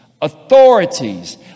authorities